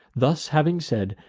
thus having said,